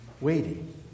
waiting